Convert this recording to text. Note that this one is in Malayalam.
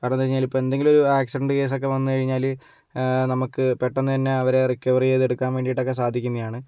കാരണം എന്നു കഴിഞ്ഞാൽ ഇപ്പോൾ എന്തെങ്കിലും ഒരു ആക്സിഡൻ്റ് കേസൊക്കെ വന്നു കഴിഞ്ഞാൽ നമുക്ക് പെട്ടെന്ന് തന്നെ അവരെ റിക്കവർ ചെയ്തെടുക്കാൻ വേണ്ടിയിട്ടൊക്കെ സാധിക്കുന്നതാണ്